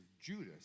Judas